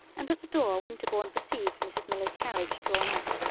and at the door winterbourne perceived mrs. miller's carriage drawn up,